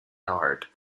yard